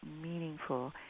meaningful